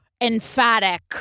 emphatic